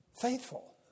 faithful